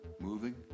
moving